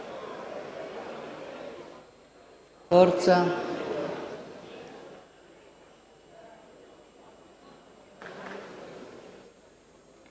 Forza